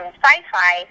sci-fi